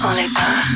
Oliver